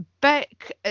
Beck